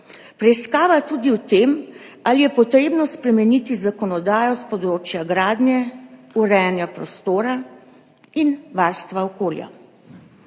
Preiskava tudi o tem, ali je treba spremeniti zakonodajo s področja gradnje, urejanja prostora in varstva okolja.